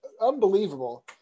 unbelievable